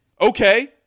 Okay